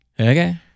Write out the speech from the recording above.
Okay